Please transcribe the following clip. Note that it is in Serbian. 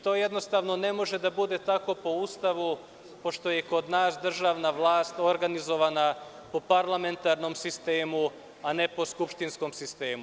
To jednostavno ne može da bude tako po Ustavu, pošto je kod nas državna vlast organizovana po parlamentarnom sistemu, a ne po skupštinskom sistemu.